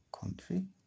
country